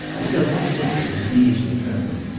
he felt sick, and his knees were trembling.